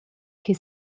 che